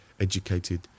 educated